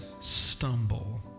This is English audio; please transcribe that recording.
stumble